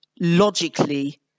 logically